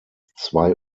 zwei